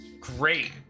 Great